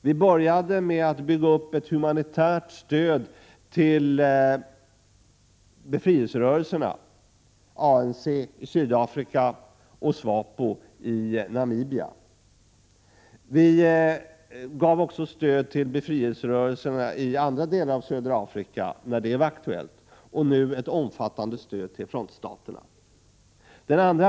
Vi började med att bygga upp ett humanitärt stöd till befrielserörelserna ANCi Sydafrika och SWAPO i Namibia. Vi gav också stöd till befrielserörelserna i andra delar av södra Afrika, när det var aktuellt, och nu ger vi ett omfattande stöd till frontstaterna.